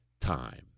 time